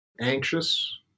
anxious